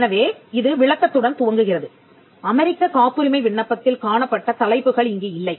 எனவே இது விளக்கத்துடன் துவங்குகிறது அமெரிக்கக் காப்புரிமை விண்ணப்பத்தில் காணப்பட்ட தலைப்புகள் இங்கு இல்லை